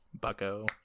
Bucko